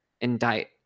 indict